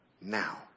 now